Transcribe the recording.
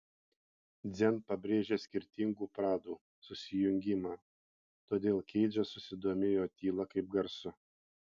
dzen pabrėžia skirtingų pradų susijungimą todėl keidžas susidomėjo tyla kaip garsu